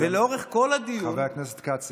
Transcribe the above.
חבר הכנסת כץ,